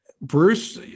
Bruce